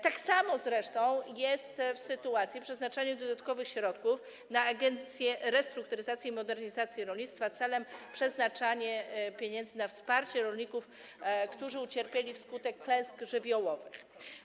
Tak samo zresztą jest w sytuacji przeznaczania dodatkowych środków na Agencję Restrukturyzacji i Modernizacji Rolnictwa w celu przeznaczania pieniędzy na wsparcie rolników, którzy ucierpieli wskutek klęsk żywiołowych.